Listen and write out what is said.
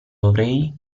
dovrei